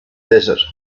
desert